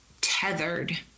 tethered